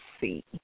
see